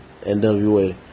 NWA